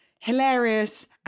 hilarious